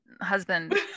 husband